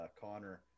Connor